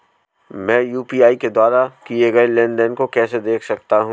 मैं यू.पी.आई के द्वारा किए गए लेनदेन को कैसे देख सकता हूं?